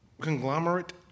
conglomerate